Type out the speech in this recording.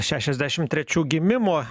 šešiasdešim trečių gimimo